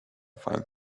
find